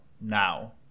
now